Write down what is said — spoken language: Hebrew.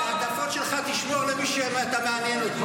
את הצעקות שלך תשמור למי שאתה מעניין אותו.